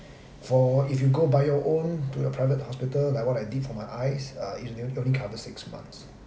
for if you go by your own to your private hospital like what I did for my eyes uh is only it only cover six months